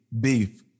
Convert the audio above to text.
Beef